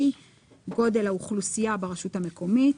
גודל האוכלוסייה ברשות המקומית,